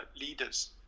leaders